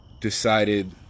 decided